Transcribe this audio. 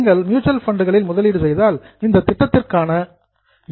நீங்கள் மியூச்சுவல் ஃபண்டுகளில் முதலீடு செய்தால் இந்த திட்டத்திற்கான என்